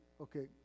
okay